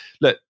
look